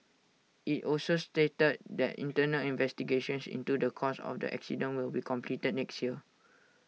IT also stated that internal investigations into the cause of the accident will be completed next year